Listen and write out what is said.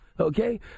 Okay